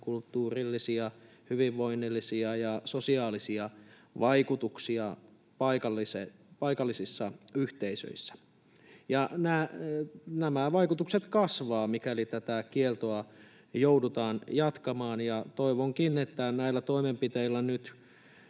kulttuurillisia, hyvinvoinnillisia ja sosiaalisia vaikutuksia paikallisissa yhteisöissä, ja nämä vaikutukset kasvavat, mikäli tätä kieltoa joudutaan jatkamaan, ja toivonkin, että näillä toimenpiteillä nyt